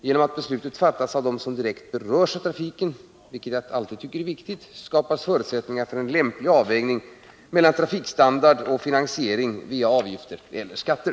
Genom att beslutet fattas av dem som direkt berörs av trafiken, vilket jag alltid tycker är viktigt, skapas förutsättningar för en lämplig avvägning mellan trafikstandard och finansiering via avgifter eller skatter.